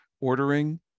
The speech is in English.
ordering